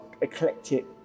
eclectic